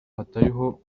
hatariho